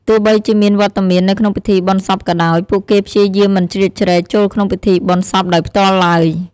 ទោះបីជាមានវត្តមាននៅក្នុងពិធីបុណ្យសពក៏ដោយ ពួកគេព្យាយាមមិនជ្រៀតជ្រែកចូលក្នុងពិធីបុណ្យសពដោយផ្ទាល់ឡើយ។